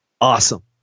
Awesome